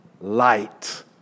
Light